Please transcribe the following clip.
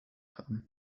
haben